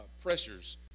pressures